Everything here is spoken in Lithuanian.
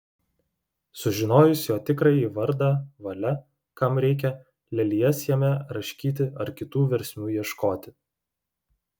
sužinojus jo tikrąjį vardą valia kam reikia lelijas jame raškyti ar kitų versmių ieškoti